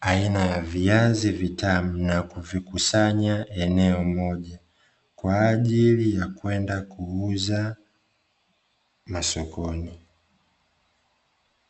aina ya viazi vitamu na kuvikusanya eneo moja, kwa ajili ya kwenda kuuza masokoni.